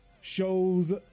shows